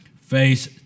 face